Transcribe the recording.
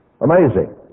Amazing